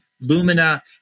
Lumina